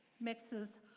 mixes